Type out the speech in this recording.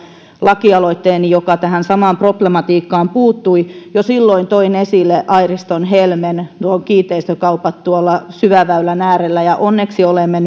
lakialoitteeni joka tähän samaan problematiikkaan puuttui toin esille airiston helmen nuo kiinteistökaupat tuolla syväväylän äärellä ja onneksi olemme